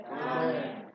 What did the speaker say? Amen